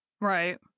Right